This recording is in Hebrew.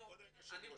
כבוד היושב ראש,